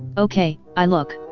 okay, i look.